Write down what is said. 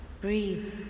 Breathe